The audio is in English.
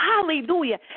Hallelujah